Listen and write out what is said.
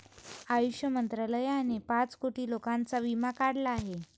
आयुष मंत्रालयाने पाच कोटी लोकांचा विमा काढला आहे